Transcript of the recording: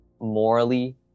morally